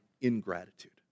ingratitude